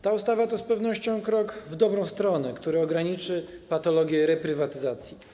Ta ustawa to z pewnością krok w dobrą stronę, gdyż ograniczy to patologię reprywatyzacji.